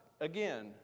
again